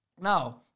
Now